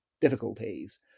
difficulties